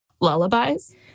Lullabies